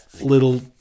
little